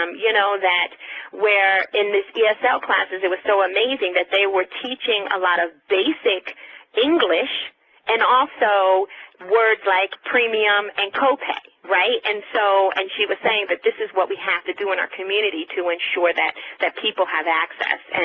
um you know, that where in this esl classes it was so amazing that they were teaching a lot of basic english and also words like premium and copay, right? and so and she was saying that this is what we have to do in our community to ensure that that people have access.